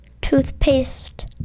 toothpaste